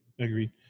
Agreed